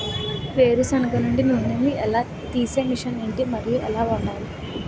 వేరు సెనగ నుండి నూనె నీ తీసే మెషిన్ ఏంటి? మరియు ఎలా వాడాలి?